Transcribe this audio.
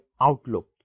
outlook